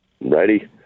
Ready